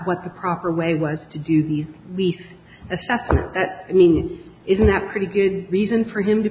what the proper way was to do these nice i mean isn't that pretty good reason for him to